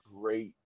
great